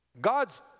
God's